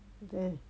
then